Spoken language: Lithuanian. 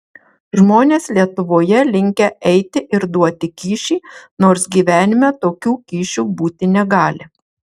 žmonės lietuvoje linkę eiti ir duoti kyšį nors gyvenime tokių kyšių būti negali